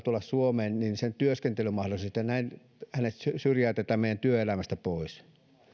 tulla suomeen työskentelymahdollisuudet ja näin hänet syrjäytetään meidän työelämästä pois